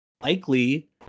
Likely